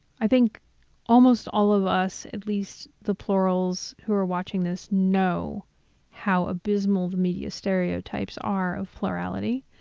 i think almost all of us, at least the plurals who are watching this, know how abysmal the media stereotypes are of plurality.